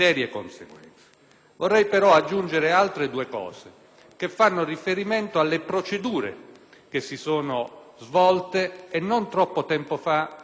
Vorrei però aggiungere altri due elementi che fanno riferimento alle procedure che si sono svolte e non troppo tempo fa in questo Senato.